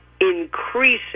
increasing